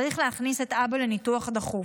צריך להכניס את אבא לניתוח דחוף.